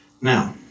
Now